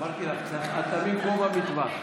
אמרתי לך, צריך אטמים, כמו במטווח.